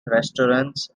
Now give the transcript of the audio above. restaurants